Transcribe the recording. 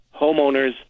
homeowners